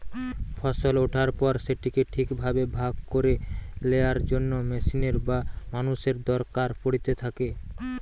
ফসল ওঠার পর সেটিকে ঠিক ভাবে ভাগ করে লেয়ার জন্য মেশিনের বা মানুষের দরকার পড়িতে থাকে